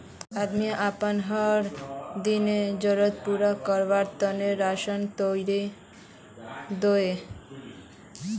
आदमी अपना हर दिन्कार ज़रुरत पूरा कारवार तने राशान तोड़े दोहों